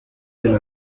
del